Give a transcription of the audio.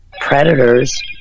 predators